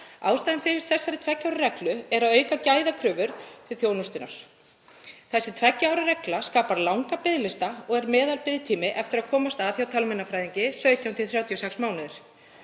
Ástæðan fyrir þessari tveggja ára reglu er að auka gæðakröfur til þjónustunnar. Þessi tveggja ára regla skapar langa biðlista og er meðalbiðtími eftir að komast að hjá talmeinafræðingi 17–36 mánuðir,